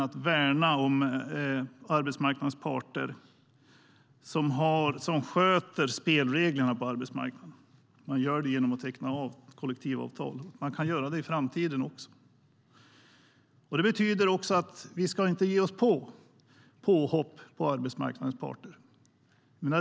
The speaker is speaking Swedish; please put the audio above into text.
Det är att arbetsmarknadens parter sköter spelreglerna på arbetsmarknaden genom att teckna kollektivavtal. Det kan de göra i framtiden också. Det betyder att vi inte ska göra påhopp på arbetsmarknadens parter.